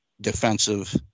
defensive